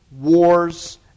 wars